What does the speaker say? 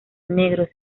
negros